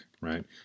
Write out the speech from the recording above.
right